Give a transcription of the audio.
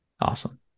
Awesome